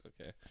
Okay